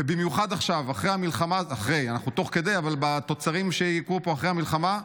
במיוחד עכשיו, בתוצרים שיקרו פה אחרי המלחמה,